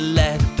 let